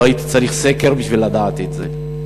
לא הייתי צריך סקר כדי לדעת את זה.